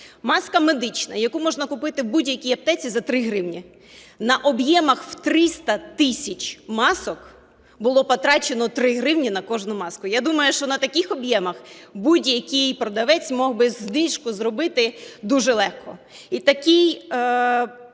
маска медична, яку можна купити в будь-якій аптеці за 3 гривні, на об'ємах в 300 тисяч масок було потрачено 3 гривні на кожну маску. Я думаю, що на таких об'ємах будь-який продавець міг би знижку зробити дуже легко. І така